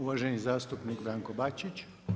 Uvaženi zastupnik Branko Bačić.